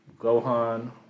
Gohan